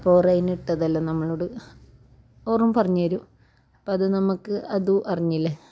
അപ്പോൾ ഒറൈന് ഇട്ടതെല്ലാം നമ്മളോട് ഓറും പറഞ്ഞ് തരും അപ്പം അത് നമ്മൾക്ക് അതു അറിഞ്ഞില്ലേ